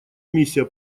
миссия